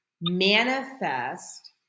manifest